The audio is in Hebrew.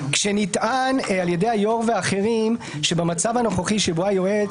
כשנטען על-ידי היושב-ראש ואחרים שבמצב הנוכחי שבו היועץ